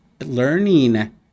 learning